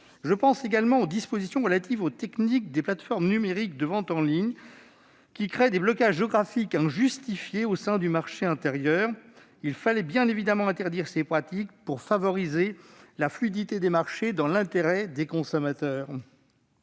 Je pense également aux dispositions relatives aux techniques des plateformes numériques de vente en ligne, qui créent des blocages géographiques injustifiés au sein du marché intérieur. Il fallait bien évidemment interdire ces pratiques, pour favoriser la fluidité des marchés dans l'intérêt des consommateurs.